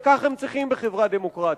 וכך הם צריכים לעשות בחברה דמוקרטית,